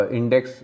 index